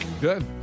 Good